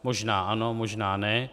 Možná ano, možná ne.